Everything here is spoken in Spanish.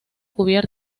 con